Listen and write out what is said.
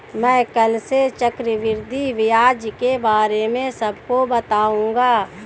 मैं कल से चक्रवृद्धि ब्याज के बारे में सबको बताऊंगा